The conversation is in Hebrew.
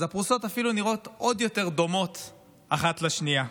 אז הפרוסות נראות אפילו עוד יותר דומות אחת לשנייה,